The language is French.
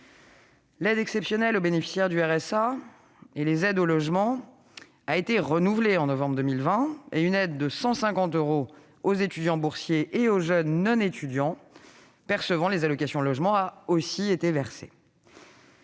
l'aide exceptionnelle aux bénéficiaires du RSA et des aides au logement a été renouvelée en novembre 2020 et une aide de 150 euros a également été versée aux étudiants boursiers et aux jeunes non étudiants percevant les allocations logement. Par ailleurs,